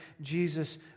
Jesus